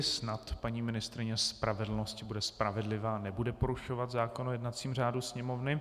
Snad paní ministryně spravedlnosti bude spravedlivá a nebude porušovat zákon o jednacím řádu Sněmovny.